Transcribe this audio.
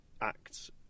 acts